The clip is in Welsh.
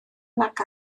nac